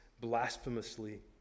blasphemously